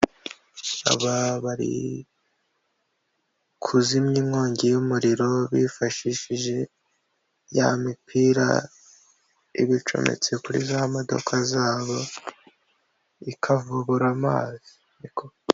Aba bari kuzimya inkongi y'umuriro bifashishije ya mipira iba icometse kuri za modoka zabo ikavubura amazi.